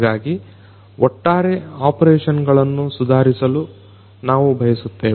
ಹಾಗಾಗಿ ಒಟ್ಟಾರೆ ಆಪರೇಷನ್ಗಳನ್ನ ಸುಧಾರಿಸಲು ನಾವು ಬಯಸುತ್ತೇವೆ